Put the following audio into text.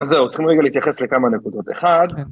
‫אז זהו, צריכים רגע להתייחס ‫לכמה נקודות. אחד...